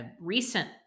recent